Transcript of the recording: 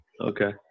okay